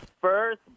First